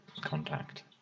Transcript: contact